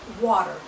water